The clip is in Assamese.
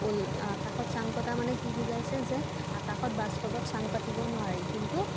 ওল আকাশত চাং পতা মানে কি বুজাইছে যে আকাশত বাস্তবত চাং পাতিব নোৱাৰি কিন্তু